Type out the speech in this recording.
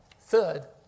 Third